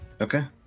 okay